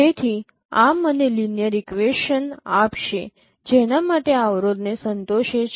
તેથી આ મને લિનિયર ઇક્વેશન આપશે જેના માટે આ અવરોધને સંતોષે છે